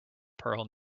pearl